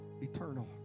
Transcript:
Eternal